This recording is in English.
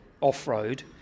off-road